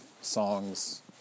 songs